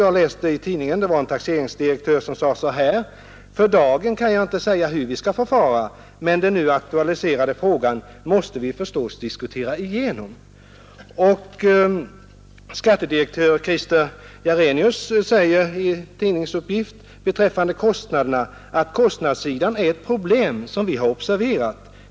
Jag har i en tidning sett ett uttalande från en taxeringsdirektör, som sade följande: För dagen kan jag inte säga hur vi skall förfara, men den nu aktualiserade frågan måste vi förstås diskutera igenom. Beträffande kostnaderna uttalar vidare taxeringsinspektör Christer Jarenius enligt en tidningsuppgift följande: Kostnadssidan är ett problem som vi har observerat.